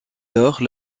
lors